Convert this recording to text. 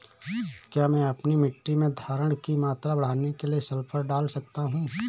क्या मैं अपनी मिट्टी में धारण की मात्रा बढ़ाने के लिए सल्फर डाल सकता हूँ?